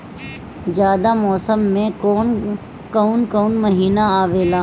जायद मौसम में कौन कउन कउन महीना आवेला?